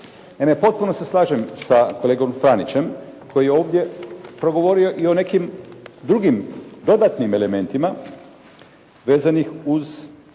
Naime, potpuno se slažem sa kolegom Franićem koji je ovdje progovorio i o nekim drugim dodatnim elementima vezanih uz